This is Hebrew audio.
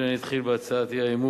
למשרד האוצר